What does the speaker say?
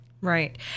Right